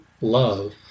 love